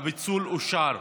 הפיצול אושר.